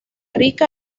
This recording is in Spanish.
rica